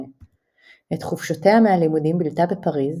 הזוג עשה דרכו לפריז בשנת 1908. את חופשותיה מהלימודים בילתה בפריז,